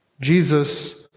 Jesus